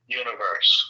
universe